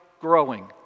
growing